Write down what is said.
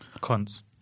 Cons